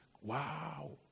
Wow